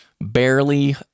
barely